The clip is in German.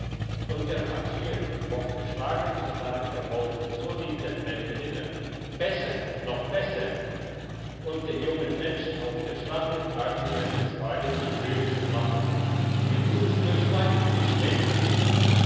und der hatschier mochte schlagen so stark er wollte so rief der fremde immer besser noch besser und den jungen menschen auf der schranne fragte er bisweilen mit höhnischem lachen wie tut's bürschlein wie schmeckt's